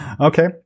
Okay